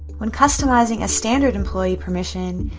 when customizing a standard employee permission,